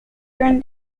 during